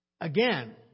Again